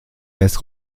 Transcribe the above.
des